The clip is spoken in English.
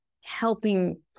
helping